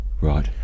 Right